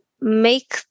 make